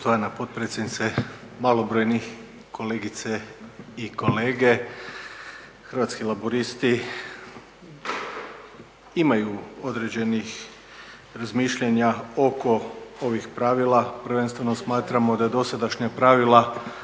Hrvatski laburisti imaju određenih razmišljanja oko ovih pravila. Prvenstveno smatramo da dosadašnja pravila